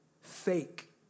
fake